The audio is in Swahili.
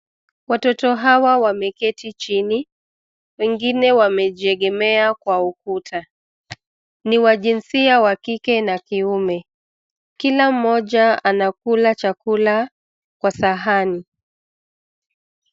Watoto hawa wameketi chini. Wengine wamejiegemea kwa ukuta. Ni wajinsia wa kike na kiume. Kila moja anakula chakula kwa sahani.